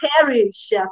perish